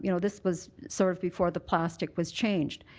you know this was sort of before the plastic was changed.